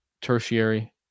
tertiary